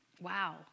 wow